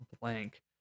blank